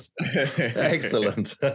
Excellent